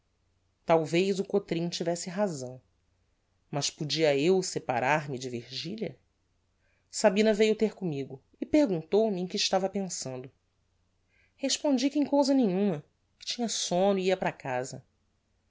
talvez o cotrim tivesse razão mas podia eu separar-me de virgilia sabina veiu ter commigo e perguntou-me em que estava pensando respondi que em cousa nenhuma que tinha somno e ia para casa